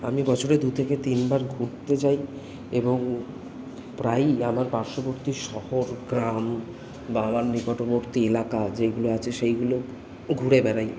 আমি বছরে দু থেকে তিনবার ঘুরতে যাই এবং প্রায়ই আমার পার্শ্ববর্তী শহর গ্রাম বা আমার নিকটবর্তী এলাকা যেইগুলো আছে সেইগুলো ঘুরে বেড়াই